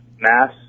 Mass